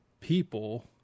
people